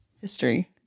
history